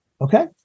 okay